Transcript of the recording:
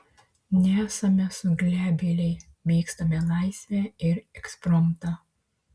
nesame suglebėliai mėgstame laisvę ir ekspromtą